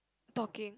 talking